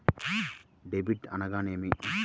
Debit అనగానేమి?